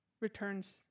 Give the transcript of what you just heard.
returns